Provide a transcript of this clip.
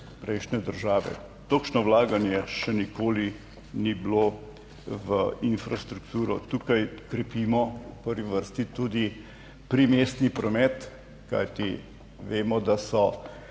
prejšnje države, takšno vlaganje še nikoli ni bilo v infrastrukturo. Tukaj krepimo v prvi vrsti tudi primestni promet, kajti vemo, da so